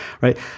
right